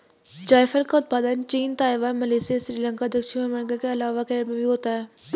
जायफल का उत्पादन चीन, ताइवान, मलेशिया, श्रीलंका, दक्षिण अमेरिका के अलावा केरल में भी होता है